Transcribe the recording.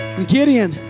Gideon